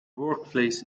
workplace